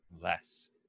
less